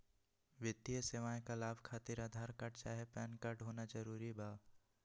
वित्तीय सेवाएं का लाभ खातिर आधार कार्ड चाहे पैन कार्ड होना जरूरी बा?